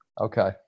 Okay